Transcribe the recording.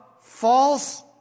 false